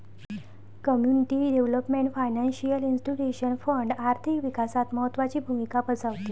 community development financial institution fund आर्थिक विकासात महत्त्वाची भूमिका बजावते